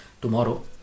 tomorrow